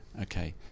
Okay